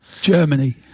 Germany